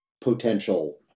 potential